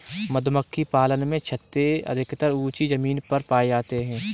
मधुमक्खी पालन में छत्ते अधिकतर ऊँची जमीन पर पाए जाते हैं